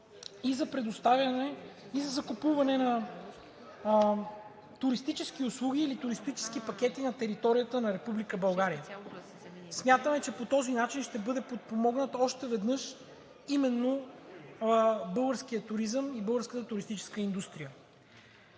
и за закупуване на туристически услуги или туристически пакети на територията на Република България. Смятаме, че по този начин ще бъдат подпомогнати още веднъж именно българският туризъм и българската туристическа индустрия.